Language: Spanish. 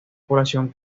población